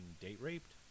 date-raped